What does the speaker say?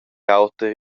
auter